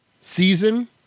season